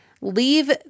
leave